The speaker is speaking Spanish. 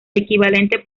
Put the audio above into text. equivalente